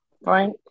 Right